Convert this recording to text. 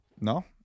No